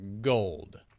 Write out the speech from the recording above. Gold